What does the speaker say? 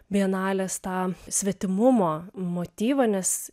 bienalės tą svetimumo motyvą nes